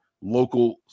local